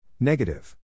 Negative